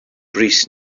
brys